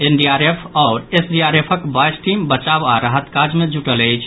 NDRF आओर एसडीआरएफक बाईस टीम बचाव आ राहत काज मे जुटल अछि